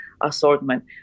assortment